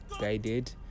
guided